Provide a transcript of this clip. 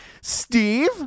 Steve